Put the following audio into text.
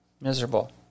miserable